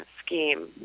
scheme